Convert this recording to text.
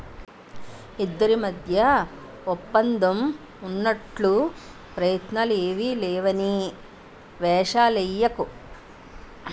ఇద్దరి మధ్య ఒప్పందం ఉన్నట్లు పత్రాలు ఏమీ లేవని ఏషాలెయ్యకు